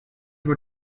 were